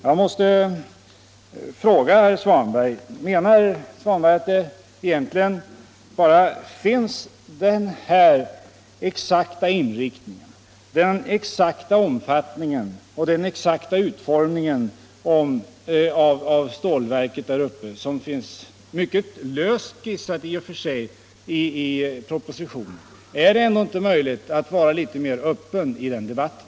Jag måste fråga herr Svanberg: Menar herr Svanberg att det egentligen bara finns den här exakta inriktningen, den exakta omfattningen och den exakta utformningen av stålverket där uppe, som finns skissad i propositionen? Är det inte möjligt att vara litet mer öppen i den debatten?